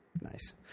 Nice